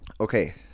Okay